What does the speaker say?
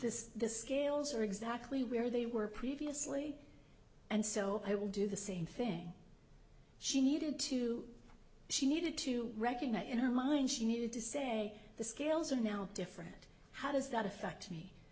this the scales are exactly where they were previously and so i will do the same thing she needed to she needed to recognize you know mine she needed to say the scales are now different how does that affect me